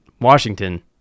Washington